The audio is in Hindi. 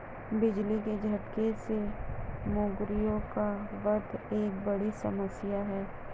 बिजली के झटके से मुर्गियों का वध एक बड़ी समस्या है